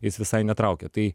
jis visai netraukia tai